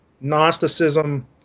Gnosticism